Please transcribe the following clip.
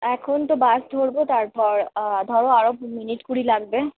এখন তো বাস ধরবো তারপর ধরো আরও মিনিট কুড়ি লাগবে